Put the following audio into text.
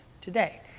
today